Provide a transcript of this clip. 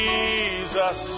Jesus